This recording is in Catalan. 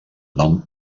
nom